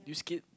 did you skid